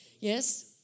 Yes